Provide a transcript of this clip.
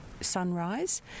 sunrise